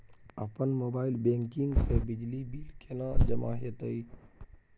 अपन mobile banking से बिजली बिल केने जमा हेते?